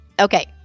Okay